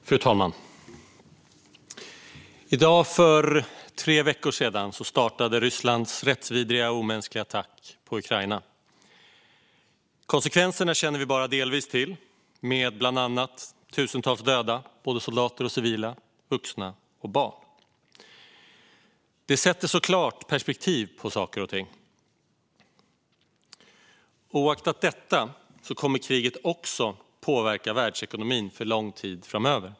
Fru talman! För tre veckor sedan i dag startade Rysslands rättsvidriga och omänskliga attack på Ukraina. Konsekvenserna känner vi bara delvis till. Bland annat har tusentals dödats, såväl soldater som civila och såväl vuxna som barn. Det sätter såklart saker och ting i perspektiv. Kriget kommer dock även att påverka världsekonomin för en lång tid framöver.